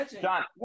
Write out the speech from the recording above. John